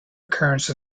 occurrence